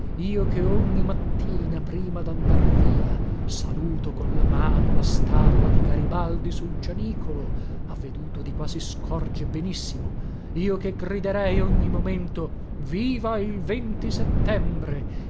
io che ogni mattina prima dandar via saluto con la mano la statua di garibaldi sul gianicolo ha veduto di qua si scorge benissimo io che griderei ogni momento viva il settembre